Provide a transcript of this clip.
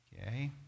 okay